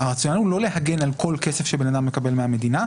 הרציונל הוא לא להגן על כל כסף שבן אדם מקבל מהמדינה.